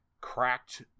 cracked